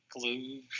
Glue